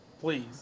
Please